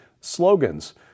slogans